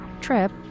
trip